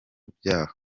byaha